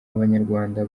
abanyarwanda